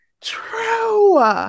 true